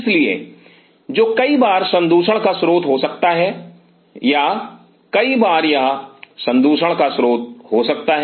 इसलिए जो कई बार संदूषण का स्रोत हो सकता है या कई बार यह संदूषण का स्रोत हो सकता है